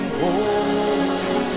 holy